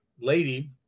lady